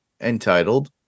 entitled